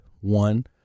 one